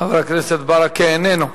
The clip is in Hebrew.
חבר הכנסת ברכה, איננו.